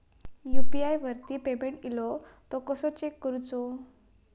UPI वरती payment इलो तो कसो चेक करुचो?